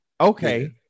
okay